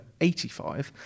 85